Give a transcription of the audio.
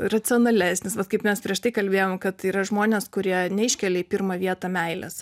racionalesnis vat kaip mes prieš tai kalbėjom kad yra žmonės kurie neiškelia į pirmą vietą meilės